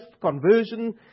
conversion